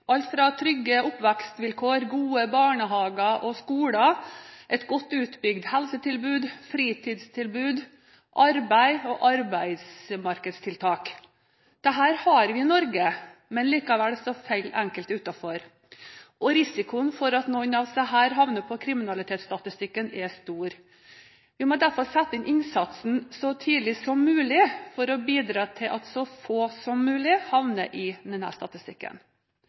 trygge oppvekstsvilkår, gode barnehager og skoler, et godt utbygd helsetilbud, fritidstilbud, arbeid og arbeidsmarkedstiltak. Dette har vi i Norge. Likevel faller enkelte utenfor. Risikoen for at noen av disse havner på kriminalitetsstatistikken, er stor. Vi må derfor sette inn innsatsen så tidlig som mulig for å bidra til at så få som mulig havner i denne statistikken.